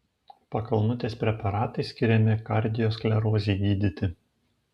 pakalnutės preparatai skiriami kardiosklerozei gydyti